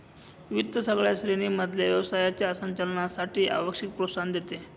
वित्त सगळ्या श्रेणी मधल्या व्यवसायाच्या संचालनासाठी आवश्यक प्रोत्साहन देते